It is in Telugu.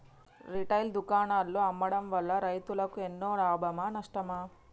రిటైల్ దుకాణాల్లో అమ్మడం వల్ల రైతులకు ఎన్నో లాభమా నష్టమా?